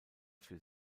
für